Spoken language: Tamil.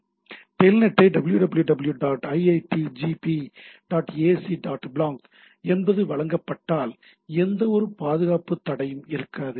டெல்நெட்டைப் W W W dot IITKGP dot AC dot blank 80 வழங்கப்பட்டால் எந்தவொரு பாதுகாப்புத் தடையும் தெரியாது